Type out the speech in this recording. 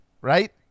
right